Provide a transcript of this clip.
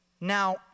Now